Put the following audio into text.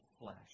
flesh